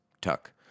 Tuck